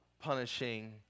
punishing